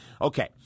Okay